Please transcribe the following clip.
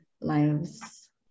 lives